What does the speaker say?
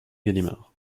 gallimard